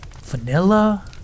vanilla